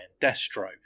Destro